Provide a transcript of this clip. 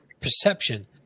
perception